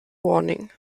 warning